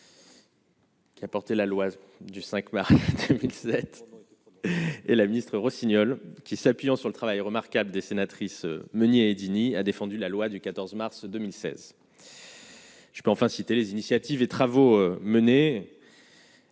Qui a porté la loi du 5 mars et la ministre Rossignol qui, s'appuyant sur le travail remarquable des sénatrices Meunier et Dini a défendu la loi du 14 mars 2016. Je peux enfin citer les initiatives et travaux menés.